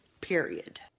Period